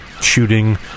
shooting